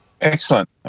excellent